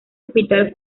hospital